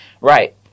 right